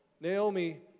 Naomi